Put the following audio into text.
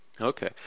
Okay